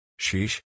Sheesh